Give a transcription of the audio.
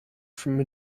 from